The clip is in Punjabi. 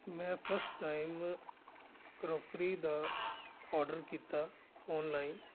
ਮੈਂ ਫਸਟ ਟਾਈਮ ਕਰੋਕਰੀ ਦਾ ਔਡਰ ਕੀਤਾ ਔਨਲਾਈਨ